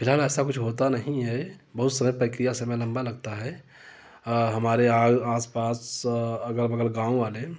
फ़िलहाल ऐसा कुछ होता नहीं है बहुत सारा प्रक्रिया समय लम्बा लगता है हमारे आस पास अगल बगल गाँव वाले